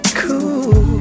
cool